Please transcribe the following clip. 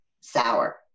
sour